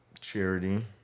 charity